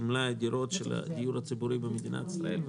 מלאי הדירות של הדיור הציבורי במדינת ישראל.